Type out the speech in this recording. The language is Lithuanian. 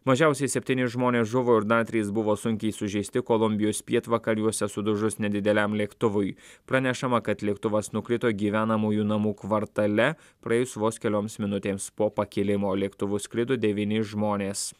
mažiausiai septyni žmonės žuvo ir dar trys buvo sunkiai sužeisti kolumbijos pietvakariuose sudužus nedideliam lėktuvui pranešama kad lėktuvas nukrito gyvenamųjų namų kvartale praėjus vos kelioms minutėms po pakilimo lėktuvu skrido devyni žmonės